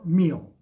meal